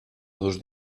dus